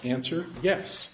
answer yes